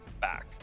back